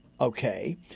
okay